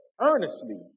earnestly